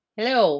Hello